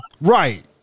Right